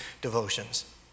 devotions